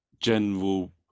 general